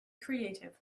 creative